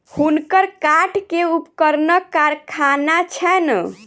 हुनकर काठ के उपकरणक कारखाना छैन